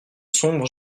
sombre